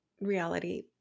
reality